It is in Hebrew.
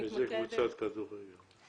איזה קבוצת כדורגל?